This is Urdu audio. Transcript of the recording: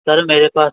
سر میرے پاس